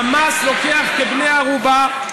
החמאס לוקח כבני ערובה,